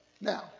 Now